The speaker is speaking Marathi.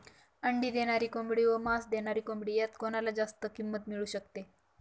अंडी देणारी कोंबडी व मांस देणारी कोंबडी यात कोणाला जास्त किंमत मिळू शकते?